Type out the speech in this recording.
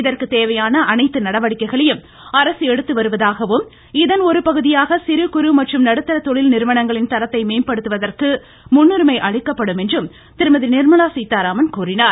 இதற்கு தேவையான அனைத்து நடவடிக்கைகளையும் அரசு எடுத்து வருவதாகவும் இதன் ஒரு பகுதியாக சிறு குறு மற்றும் நடுத்தர தொழில் நிறுவனங்களின் தரத்தை மேம்படுத்துவதற்கு முன்னுரிமை அளிக்கப்படும் என்றும் திருமதி நிர்மலா சீதாராமன் கூறினார்